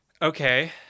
Okay